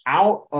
out